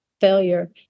failure